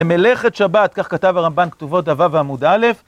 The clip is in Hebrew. מלאכת שבת, כך כתב הרמב"ן כתובות דף ו' עמוד א',